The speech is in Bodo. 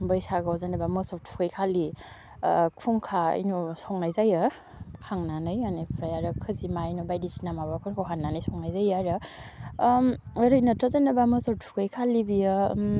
बैसागुआव जेन'बा मोसौ थुखैखालि खुंखा न'आव संनाय जायो खांनानै बिनिफ्राय आरो खोजोमा इनो बायदिसिना माबाफोरखौ हानानै संनाय जायो आरो ओरैनोथ' जेनेबा मोसौ थुखैखालि बियो